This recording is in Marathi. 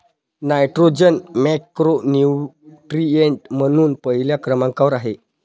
नायट्रोजन मॅक्रोन्यूट्रिएंट म्हणून पहिल्या क्रमांकावर आहे